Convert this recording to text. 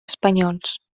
espanyols